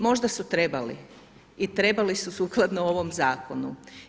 Možda su trebali i trebali su sukladno ovom zakonu.